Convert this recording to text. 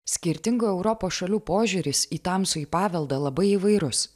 skirtingų europos šalių požiūris į tamsųjį paveldą labai įvairus